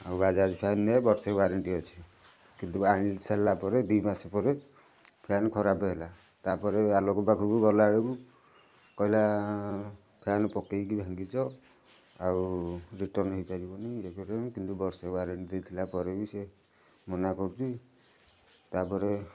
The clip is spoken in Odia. ଆଉ ବାଜାଜ୍ ଫ୍ୟାନ୍ ନେ ବର୍ଷେ ୱାରେଣ୍ଟି ଅଛି କିନ୍ତୁ ୱାରେଣ୍ଟି ସରିଲା ପରେ ଦୁଇ ମାସ ପରେ ଫ୍ୟାନ୍ ଖରାପ ହେଲା ତା'ପରେ ଆଲୋକ ପାଖକୁ ଗଲା ବେଳକୁ କହିଲା ଫ୍ୟାନ୍ ପକାଇକି ଭାଙ୍ଗିଛ ଆଉ ରିଟର୍ଣ୍ଣ ହେଇପାରିବନି ଇଏ କରିବନି କିନ୍ତୁ ବର୍ଷେ ୱାରେଣ୍ଟି ଦେଖିଲା ପରେ ବି ସେ ମନା କରୁଛି ତା'ପରେ